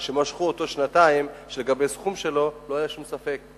שמשכו אותו שנתיים כשלגבי הסכום שלו לא היה שום ספק.